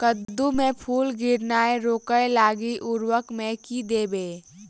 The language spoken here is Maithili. कद्दू मे फूल गिरनाय रोकय लागि उर्वरक मे की देबै?